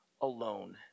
alone